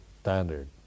standard